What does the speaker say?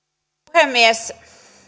puhemies